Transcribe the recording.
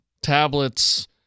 tablets